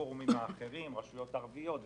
עם רשויות ערביות וכו'.